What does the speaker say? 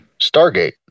Stargate